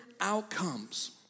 outcomes